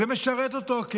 הכאוס הזה משרת אותו.